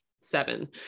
Seven